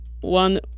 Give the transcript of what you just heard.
one